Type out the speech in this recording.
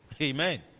Amen